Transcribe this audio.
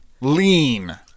Lean